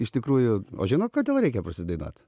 iš tikrųjų o žinot kodėl reikia prasinaudot